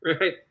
right